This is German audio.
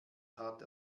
tat